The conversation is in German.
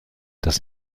das